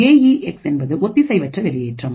ஏ E X என்பது ஒத்திசைவற்ற வெளியேற்றம்